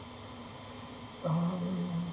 um